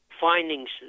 findings